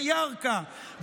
בירכא,